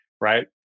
right